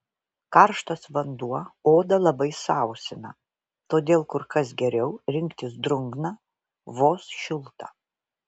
karštas vanduo odą labai sausina todėl kur kas geriau rinktis drungną vos šiltą